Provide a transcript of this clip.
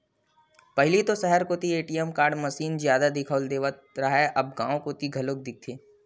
पहिली तो सहर कोती ही ए.टी.एम मसीन जादा दिखउल देवत रहय अब गांव कोती घलोक दिखथे